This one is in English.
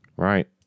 Right